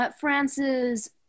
France's